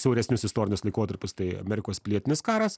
siauresnius istorinius laikotarpius tai amerikos pilietinis karas